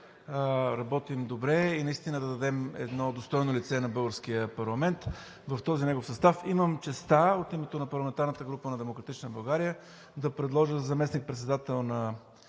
работим добре и наистина да дадем едно достойно лице на българския парламент в този негов състав. Имам честта от името на парламентарната група на „Демократична България“ да предложа за заместник-председател на